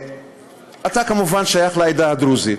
אתה כמובן שייך לעדה הדרוזית,